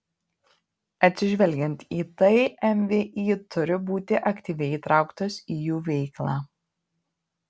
atsižvelgiant į tai mvį turi būti aktyviai įtrauktos į jų veiklą